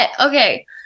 Okay